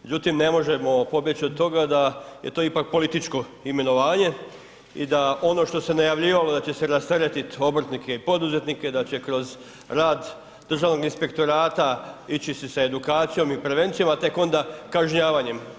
Međutim, ne možemo pobjeć od toga da je to ipak političko imenovanje i da ono što se najavljivalo da će se rasteretit obrtnike i poduzetnike, da će kroz rad Državnog inspektorata ići se sa edukacijom i prevencijom, a tek onda kažnjavanjem.